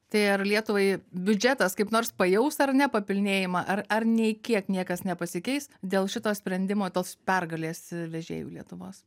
tai ar lietuvai biudžetas kaip nors pajaus ar ne papilnėjimą ar ar nei kiek niekas nepasikeis dėl šito sprendimo tos pergalės vežėjų lietuvos